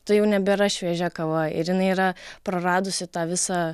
tai jau nebėra šviežia kava ir jinai yra praradusi tą visą